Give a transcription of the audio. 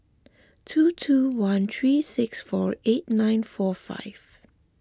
two two one three six four eight nine four five